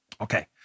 Okay